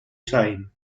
time